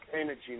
energy